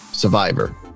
Survivor